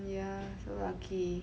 ya so lucky